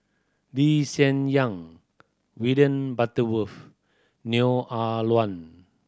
Lee Hsien Yang William Butterworth Neo Ah Luan